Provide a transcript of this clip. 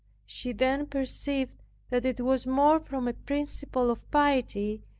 she then perceived that it was more from a principle of piety,